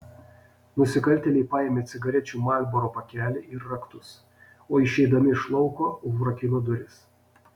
nusikaltėliai paėmė cigarečių marlboro pakelį ir raktus o išeidami iš lauko užrakino duris